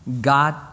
God